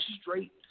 straight